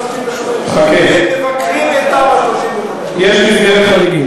35. הם מבקרים את תמ"א 35. יש מסגרת חריגים.